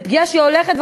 זו פגיעה שחוזרת,